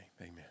Amen